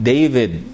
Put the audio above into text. David